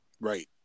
Right